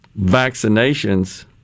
vaccinations